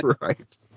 Right